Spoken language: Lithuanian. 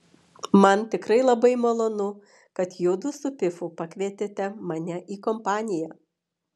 man tikrai labai malonu kad judu su pifu pakvietėte mane į kompaniją